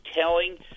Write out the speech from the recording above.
telling